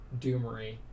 Doomery